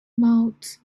mouths